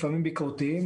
לפעמים ביקורתיים,